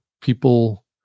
people